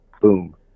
Boom